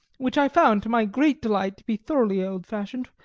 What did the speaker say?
which i found, to my great delight, to be thoroughly old-fashioned,